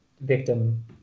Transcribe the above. victim